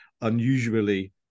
unusually